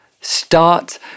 start